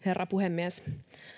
herra puhemies